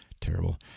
terrible